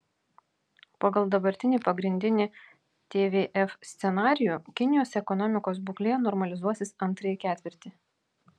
pagal dabartinį pagrindinį tvf scenarijų kinijos ekonomikos būklė normalizuosis antrąjį ketvirtį